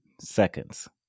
seconds